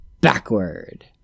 Backward